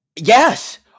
Yes